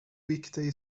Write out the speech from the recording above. weekday